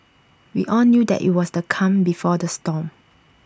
we all knew that IT was the calm before the storm